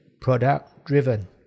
product-driven